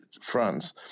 France